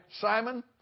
Simon